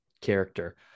character